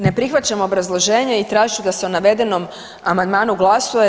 Ne prihvaćam obrazloženje i tražit ću da se o navedenom amandmanu glasuje.